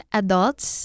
adults